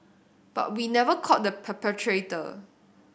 but we never caught the perpetrator